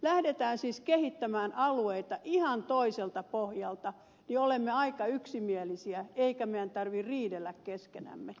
lähdetään siis kehittämään alueita ihan toiselta pohjalta niin olemme aika yksimielisiä eikä meidän tarvitse riidellä keskenämme